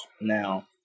now